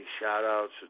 shout-outs